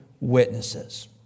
witnesses